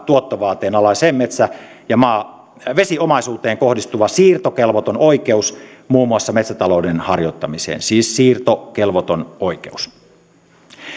tuottovaateen alaiseen maa ja vesiomaisuuteen kohdistuva siirtokelvoton oikeus muun muassa metsätalouden harjoittamiseen siis siirtokelvoton oikeus